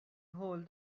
hold